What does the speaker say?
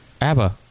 ABBA